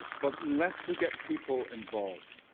but unless we get people involved,